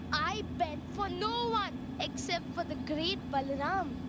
i bend for no one except for the great balaram.